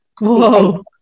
whoa